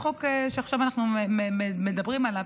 החוק שעכשיו אנחנו מדברים עליו,